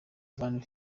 van